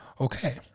Okay